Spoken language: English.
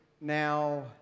now